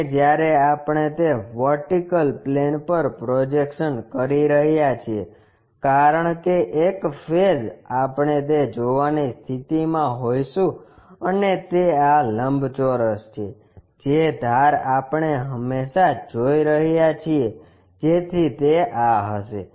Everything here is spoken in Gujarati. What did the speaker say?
અને જ્યારે આપણે તે વર્ટિકલ પ્લેન પર પ્રોજેક્શન કરી રહ્યા છીએ કારણ કે એક ફેસ આપણે તે જોવાની સ્થિતિમાં હોઈશું અને તે આ લંબચોરસ છે જે ધાર આપણે હંમેશા જોઈ રહ્યા છીએ જેથી તે આ હશે